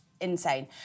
insane